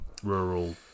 rural